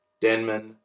Denman